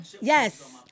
Yes